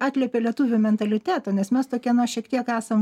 atliepia lietuvių mentalitetą nes mes tokie na šiek tiek esam